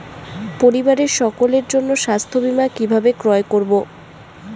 পরিবারের সকলের জন্য স্বাস্থ্য বীমা কিভাবে ক্রয় করব?